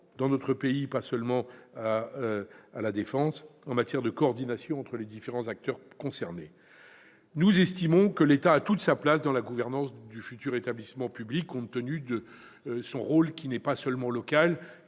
dans notre pays, pas seulement à La Défense, en matière de coordination entre les différents acteurs concernés. Pour notre part, nous estimons que l'État a toute sa place dans la gouvernance du futur établissement public, compte tenu de son rôle, qui est certes local,